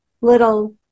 little